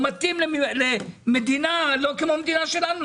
הוא מתאים למדינה לא כמו המדינה שלנו,